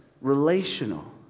relational